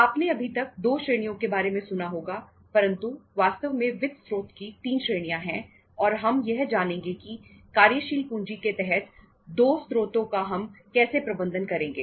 आपने अभी तक दो श्रेणियों के बारे में सुना होगा परंतु वास्तव में वित्त स्रोत की तीन श्रेणियां है और हम यह जानेंगे की कार्यशील पूंजी के तहत दो स्रोतों का हम कैसे प्रबंधन करेंगे